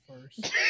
first